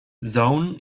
zone